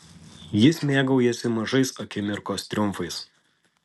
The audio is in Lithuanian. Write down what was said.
jis mėgaujasi mažais akimirkos triumfais